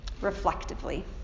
reflectively